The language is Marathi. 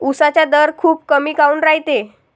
उसाचा दर खूप कमी काऊन रायते?